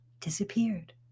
disappeared